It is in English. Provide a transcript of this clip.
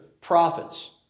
prophets